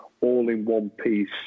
all-in-one-piece